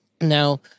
Now